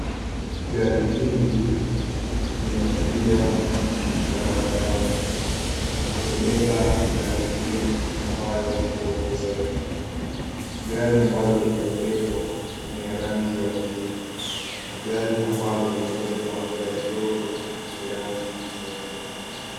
Gari hili linakimbia barabarani. Limebeba gari ingine ambayo ni ndogo zaidi. Gari ambalo limebebwa ni ya rangi ya buluu na gari ambalo limebeba gari dogo ni rangi nyeupe.